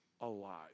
alive